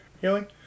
healing